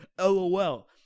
LOL